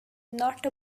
not